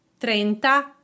trenta